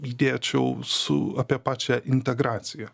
įdėčiau su apie pačią integraciją